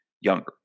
younger